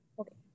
Okay